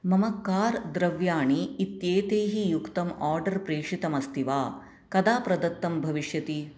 मम कार् द्रव्याणि इत्येतैः युक्तम् आर्डर् प्रेषितम् अस्ति वा कदा प्रदत्तं भविष्यति